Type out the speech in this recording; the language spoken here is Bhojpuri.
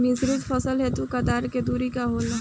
मिश्रित फसल हेतु कतार के दूरी का होला?